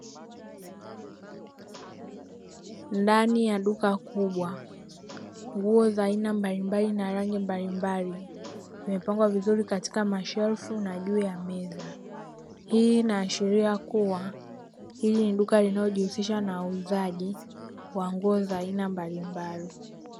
Ndani ya duka kubwa, nguo za aina mbalimbali na rangi mbalimbali zimepangwa vizuri katika mashelfu na juu ya meza. Hii inaashiria kuwa hili ni duka linalojihusisha na uuzaji wa nguo za aina mbalimbali.